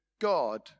God